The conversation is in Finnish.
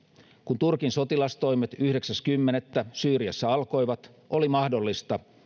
kun turkin sotilastoimet yhdeksäs kymmenettä syyriassa alkoivat oli mahdollista